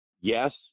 Yes